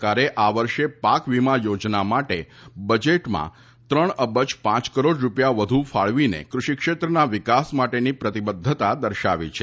સરકારે આ વર્ષે પાક વીમા યોજના માટે બજેટમાં ત્રણ અબજ પાંચ કરોડ રૂપિયા વધુ ફાળવીને ક્રષિ ક્ષેત્રના વિકાસ માટેની પ્રતિબદ્ધતા દર્શાવી છે